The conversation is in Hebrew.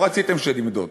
לא רציתם שנמדוד.